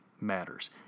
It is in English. matters